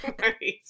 Right